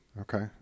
Okay